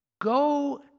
go